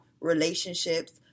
relationships